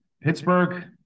Pittsburgh